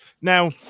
Now